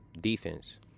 defense